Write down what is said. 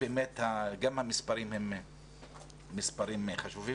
גם המספרים הם מספרים חשובים,